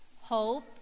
hope